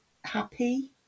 happy